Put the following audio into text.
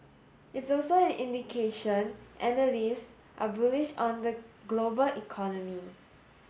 it's also an indication analysts are bullish on the global economy